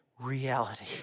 reality